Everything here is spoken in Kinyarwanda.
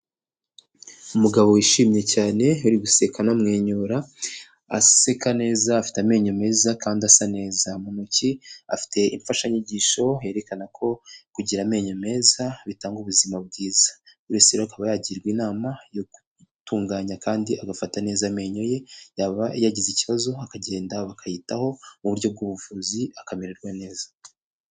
Umugabo wishimye cyane uri guseka anamwenyura, aseka neza afite amenyo meza kandi asa neza. Mu ntoki afite imfashanyigisho yerekana ko kugira amenyo meza bitanga ubuzima bwiza. Buri wese rero akaba yagirwa inama yo gutunganya kandi agafata neza amenyo ye, yaba yagize ikibazo akagenda bakayitaho mu buryo bw'ubuvuzi akamererwa neza.